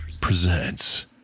presents